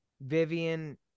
Vivian